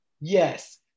yes